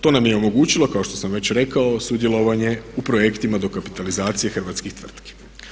To nam je omogućilo kao što sam već rekao sudjelovanje u projektima dokapitalizacije hrvatskih tvrtki.